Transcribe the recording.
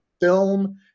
film